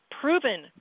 Proven